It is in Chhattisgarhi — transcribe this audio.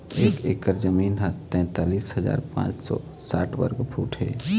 एक एकर जमीन ह तैंतालिस हजार पांच सौ साठ वर्ग फुट हे